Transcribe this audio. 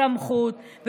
סמכות,